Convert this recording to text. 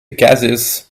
gases